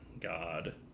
God